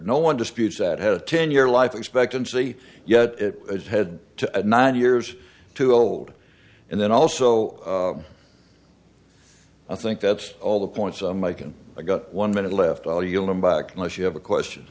no one disputes that had a ten year life expectancy yet it had to add nine years to old and then also i think that's all the points i'm making i got one minute left i'll yield him back unless you have a question